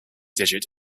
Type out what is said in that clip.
digit